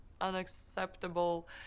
unacceptable